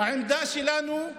העמדה שלנו,